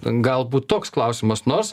galbūt toks klausimas nors